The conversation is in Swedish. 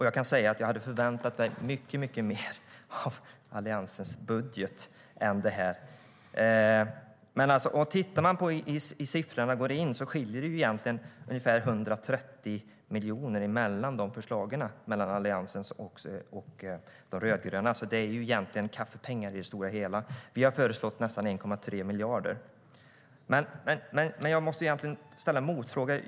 Jag hade väntat mig mycket mer av Alliansens budget än detta. Jag måste ställa en motfråga.